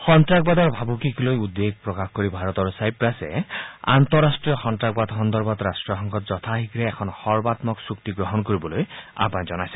সন্তাসবাদৰ ভাবুকিক লৈ উদ্বেগ প্ৰকাশ কৰি ভাৰত আৰু ছাইপ্ৰাছে আন্তঃৰাষ্ট্ৰীয় সন্ত্ৰাসবাদ সন্দৰ্ভত ৰাষ্টসংঘত যথা শীঘে এখন সৰ্বাত্মক চুক্তি গ্ৰহণ কৰিবলৈ আহান জনাইছে